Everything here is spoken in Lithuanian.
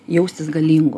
jaustis galingu